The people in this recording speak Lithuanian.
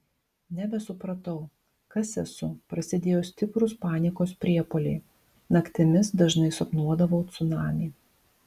nebesupratau kas esu prasidėjo stiprūs panikos priepuoliai naktimis dažnai sapnuodavau cunamį